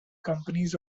companies